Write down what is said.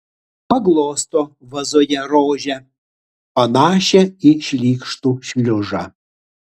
paglosto vazoje rožę panašią į šlykštų šliužą